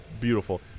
beautiful